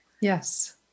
Yes